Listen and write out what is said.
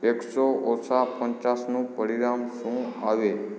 એકસો ઓછા પચાસનું પરિણામ શું આવે